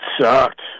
sucked